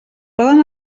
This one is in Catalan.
poden